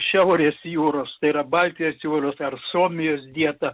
šiaurės jūros tai yra baltijos jūros ar suomijos dietą